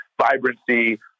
vibrancy